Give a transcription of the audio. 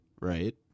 right